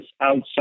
outside